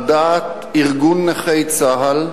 על דעת ארגון נכי צה"ל,